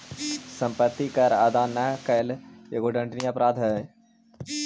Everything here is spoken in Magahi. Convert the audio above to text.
सम्पत्ति कर अदा न कैला एगो दण्डनीय अपराध हई